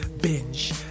binge